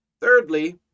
thirdly